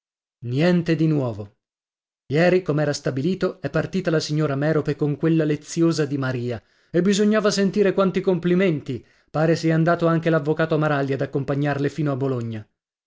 niente di nuovo ieri com'era stato stabilito è partita la signora merope con quella leziosa di maria e bisognava sentire quanti complimenti pare sia andato anche l'avvocato maralli ad accompagnarle fino a bologna